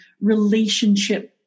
relationship